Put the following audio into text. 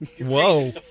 Whoa